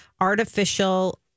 artificial